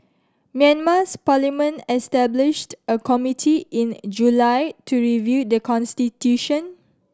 Myanmar's parliament established a committee in July to review the constitution